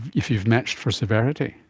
if you've matched for severity?